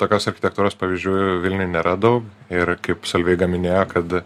tokios architektūros pavyzdžių vilniuj nėra daug ir kaip solveiga minėjo kad